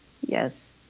Yes